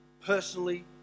personally